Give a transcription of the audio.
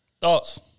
Thoughts